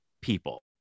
people